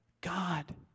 God